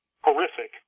horrific